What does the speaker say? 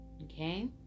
Okay